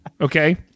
okay